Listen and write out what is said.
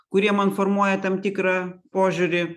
kurie man formuoja tam tikrą požiūrį